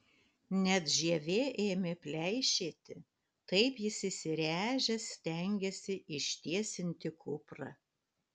net žievė ėmė pleišėti taip jis įsiręžęs stengėsi ištiesinti kuprą